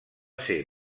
ser